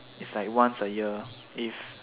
is like once a year if